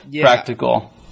practical